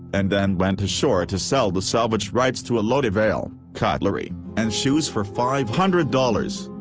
and then went ashore to sell the salvage rights to a load of ale, cutlery, and shoes for five hundred dollars.